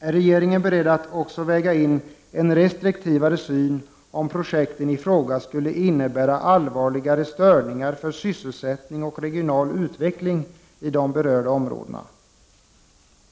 Är regeringen beredd att också väga in en restriktivare syn om projekten i fråga skulle innebära allvarligare störningar för sysselsättning och regional utveckling i berörda områden?